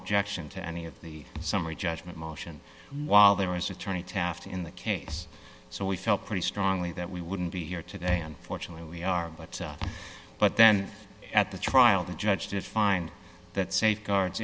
objection to any of the summary judgment motion while there was attorney taft in the case so we felt pretty strongly that we wouldn't be here today and fortunately we are but but then at the trial the judge did find that safeguards